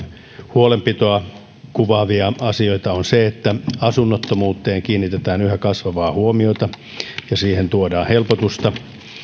huolenpitoa kuvaavia asioita ovat ne että asunnottomuuteen kiinnitetään yhä kasvavaa huomiota ja siihen tuodaan helpotusta